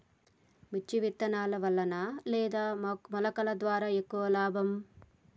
మిర్చి విత్తనాల వలన లేదా మొలకల ద్వారా ఎక్కువ లాభం?